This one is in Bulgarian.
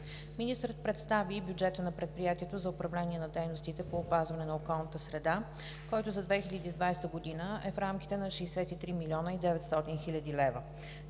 Министърът представи и бюджета на Предприятието за управление на дейностите по опазване на околната среда, който за 2020 г. е в рамките на 63 млн. 900 хил. лв.,